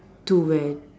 to where